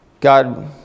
God